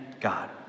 God